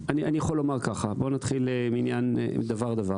נתחיל דבר דבר.